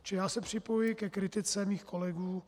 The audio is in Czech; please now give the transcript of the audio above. Čili já se připojuji ke kritice svých kolegů.